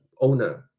owner